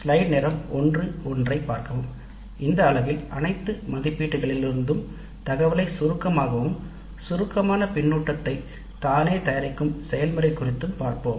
இந்த பகுதியில் அனைத்து மதிப்பீடுகளிலிருந்தும் தரவைச் சுருக்கமாகக் கூறும் செயல்முறையைப் பார்ப்போம் மற்றும் சுயமாக சுருக்கமான கருத்துக்களை தயாரித்தல் குறித்து பார்ப்போம்